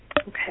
Okay